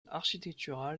architectural